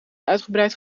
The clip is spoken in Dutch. uitgebreid